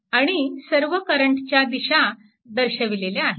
आणि सर्व करंटच्या दिशा दर्शविलेल्या आहेत